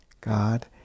God